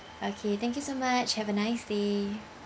okay thank you so much have a nice day